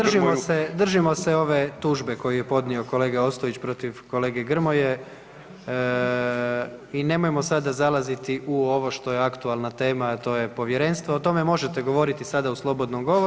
Je, ali držimo se ove tužbe koju je podnio kolega Ostojić protiv kolege Grmoje i nemojmo sada zalaziti u ovo što je aktualna tema, a to je povjerenstvo, o tome možete govoriti sada u slobodnom govoru.